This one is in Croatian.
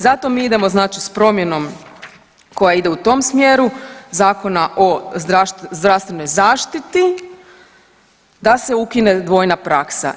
Zato mi idemo znači s promjenom koja ide u tom smjeru Zakona o zdravstvenoj zaštiti da se ukine dvojna praksa.